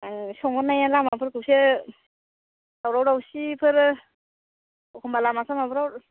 आं सोंहरनाया लामाफोरखौसो दावराव दावसिफोरा एखम्बा लामा सामाफोराव